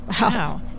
Wow